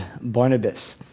Barnabas